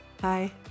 Hi